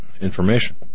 information